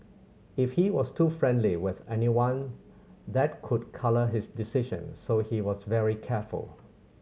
if he was too friendly with anyone that could colour his decision so he was very careful